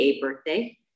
birthday